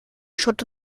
schutt